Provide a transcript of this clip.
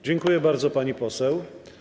Dziękuję bardzo, pani poseł.